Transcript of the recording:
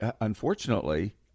unfortunately